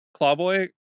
Clawboy